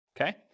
okay